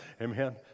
Amen